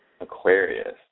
Aquarius